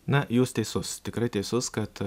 na jūs teisus tikrai teisus kad